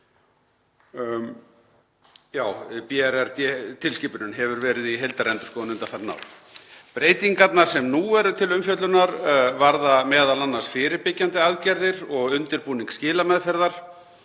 en sú tilskipun hefur verið í heildarendurskoðun undanfarin ár. Breytingarnar sem nú eru til umfjöllunar varða m.a. fyrirbyggjandi aðgerðir og undirbúning skilameðferðar,